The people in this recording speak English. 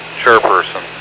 chairperson